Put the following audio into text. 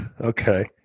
okay